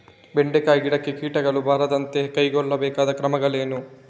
ಬೆಂಡೆಕಾಯಿ ಗಿಡಕ್ಕೆ ಕೀಟಗಳು ಬಾರದಂತೆ ಕೈಗೊಳ್ಳಬೇಕಾದ ಕ್ರಮಗಳೇನು?